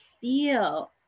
feel